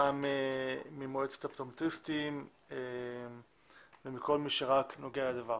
גם ממועצת האופטומטריסטים וכל מי שרק נוגע לדבר.